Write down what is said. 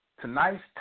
Tonight's